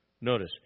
notice